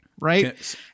Right